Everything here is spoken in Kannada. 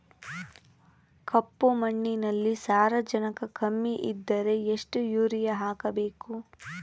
ಕಪ್ಪು ಮಣ್ಣಿನಲ್ಲಿ ಸಾರಜನಕ ಕಮ್ಮಿ ಇದ್ದರೆ ಎಷ್ಟು ಯೂರಿಯಾ ಹಾಕಬೇಕು?